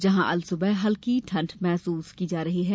जहां अलसुबह हल्की ठण्ड महसूस की जा रही है